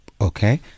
Okay